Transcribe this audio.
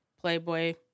playboy